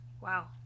Wow